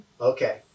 Okay